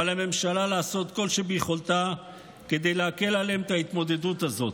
ועל הממשלה לעשות כל שביכולתה כדי להקל עליהם את ההתמודדות הזאת.